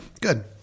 good